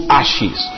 ashes